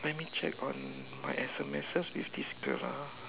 let me check on my S_M_Ses with this girl ah